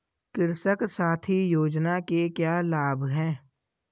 कृषक साथी योजना के क्या लाभ हैं?